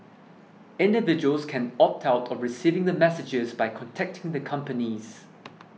individuals can opt out of receiving the messages by contacting the companies